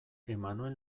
emmanuel